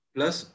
Plus